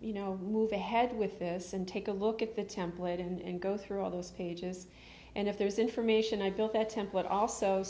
you know move ahead with this and take a look at the template and go through all those pages and if there is information i built that template also